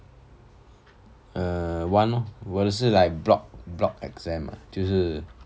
err one lor 我的是 like block block exam ah 就是